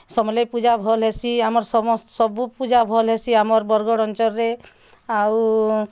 ସମଲେଇ ପୂଜା ଭଲ୍ ହେସି ଆମର ସବୁ ପୂଜା ଭଲ୍ ହେସି ଆମର୍ ବରଗଡ଼ ଅଞ୍ଚଲରେ ଆଉ